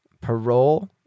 Parole